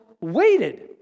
waited